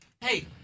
Hey